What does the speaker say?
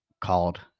called